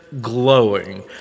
glowing